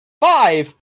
five